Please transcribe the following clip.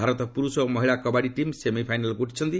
ଭାରତ ପୁରୁଷ ଓ ମହିଳା କବାଡ଼ି ଟିମ୍ ସେମିଫାଇନାଲ୍କୁ ଉଠିଛନ୍ତି